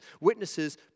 witnesses